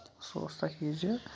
سُہ اوس تَتھ